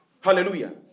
Hallelujah